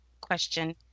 question